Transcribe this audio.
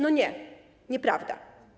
No nie, nieprawda.